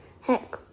Heck